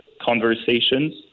conversations